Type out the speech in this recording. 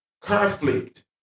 conflict